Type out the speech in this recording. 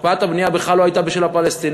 הקפאת הבנייה בכלל לא הייתה בשל הפלסטינים,